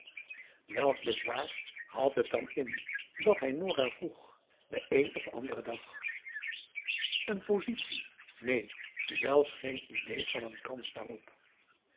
welk bezwaar had het dan in dat hij nora vroeg den een of anderen dag een positie neen zelfs geen idée van n kans daarop